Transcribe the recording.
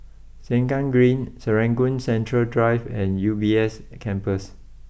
Sengkang Green Serangoon Central Drive and U B S Campus